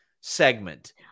segment